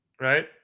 right